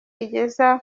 igeza